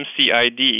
MCID